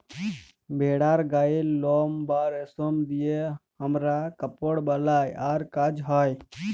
ভেড়ার গায়ের লম বা রেশম দিয়ে হামরা কাপড় বালাই আর কাজ হ্য়